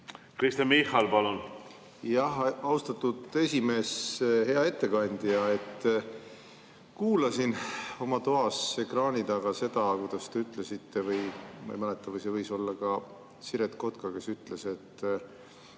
Kristen Michal, palun! Aitäh, austatud esimees! Hea ettekandja! Kuulasin oma toas ekraani taga, et te ütlesite või ma ei mäleta, see võis olla ka Siret Kotka, kes ütles, et